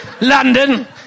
London